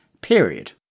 period